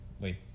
Wait